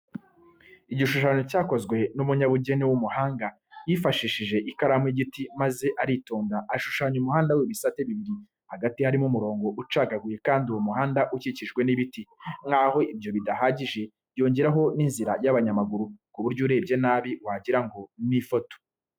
Igishushanyo cyakozwe n'umunyabugeni w'umuhanga yifashishije ikaramu y'igiti maze aritonda ashushanya umuhanda w'ibisate bibiri hagati harimo umurongo ucagaguye kandi uwo muhanda ukikijwe n'ibiti. Nk'aho ibyo bidahagije yongeraho n'inzira y'abanyamaguru ku buryo urebye nabi wagira ngo ni ifoto.